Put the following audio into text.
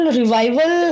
revival